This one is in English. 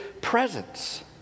presence